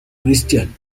christian